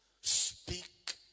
Speak